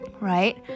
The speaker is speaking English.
Right